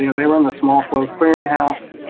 you know they were in the small flows clearinghouse,